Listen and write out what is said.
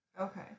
Okay